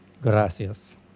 Gracias